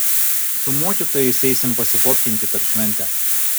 su mokytojais eisim pasifotkinti per šventę